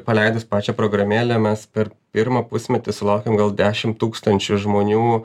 paleidus pačią programėlę mes per pirmą pusmetį sulaukėm gal dešim tūkstančių žmonių